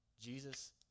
Jesus